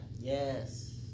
Yes